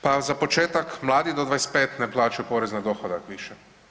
Pa za početak, mladi do 25 ne plaćaju porez na dohodak više.